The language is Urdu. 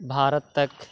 بھارت تک